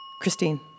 Christine